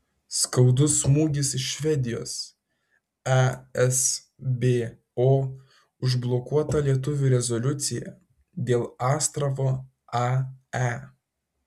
skaudus smūgis iš švedijos esbo užblokuota lietuvių rezoliucija dėl astravo ae